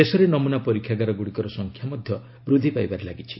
ଦେଶରେ ନମୁନା ପରୀକ୍ଷାଗାର ଗୁଡ଼ିକର ସଂଖ୍ୟା ମଧ୍ୟ ବୃଦ୍ଧି ପାଇବାରେ ଲାଗିଛି